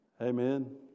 Amen